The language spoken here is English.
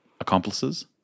accomplices